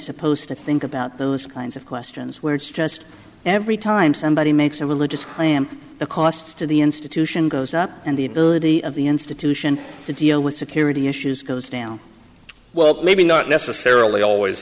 supposed to think about those kinds of questions where it's just every time somebody makes a religious claim the cost to the institution goes up and the ability of the institution to deal with security issues goes down well maybe not necessarily always